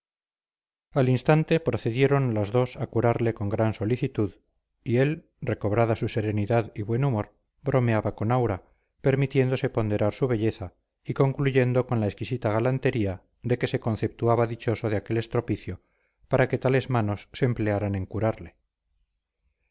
al instante procedieron las dos a curarle con gran solicitud y él recobrada su serenidad y buen humor bromeaba con aura permitiéndose ponderar su belleza y concluyendo con la exquisita galantería de que se conceptuaba dichoso de aquel estropicio para que tales manos se emplearan en curarle